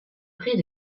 près